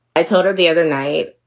i told her the other night.